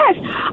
Yes